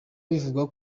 bivugwa